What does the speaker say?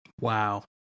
Wow